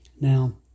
Now